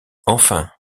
enfin